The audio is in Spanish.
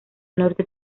norte